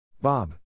Bob